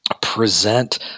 present